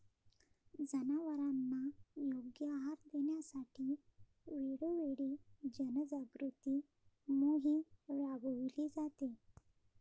जनावरांना योग्य आहार देण्यासाठी वेळोवेळी जनजागृती मोहीम राबविली जाते